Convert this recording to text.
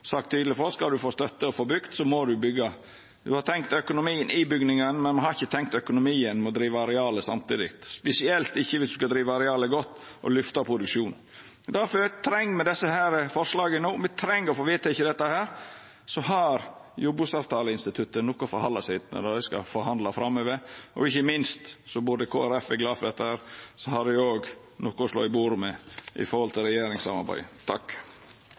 sagt tydeleg frå at skal du få støtte, må du byggja. Me har tenkt økonomi når det gjeld bygningen, men me har ikkje tenkt økonomi når det gjeld å driva arealet samtidig, spesielt ikkje viss ein skal driva arealet godt og løfta produksjonen. Difor treng me desse forslaga no, me treng å få vedteke dette, så har jordbruksavtaleinstituttet noko å halda seg til når dei skal forhandla framover. Ikkje minst burde Kristeleg Folkeparti vera glad for dette, så har dei òg noko å slå i bordet med i